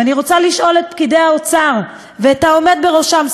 ואני רוצה לשאול את פקידי האוצר ואת העומד בראשם,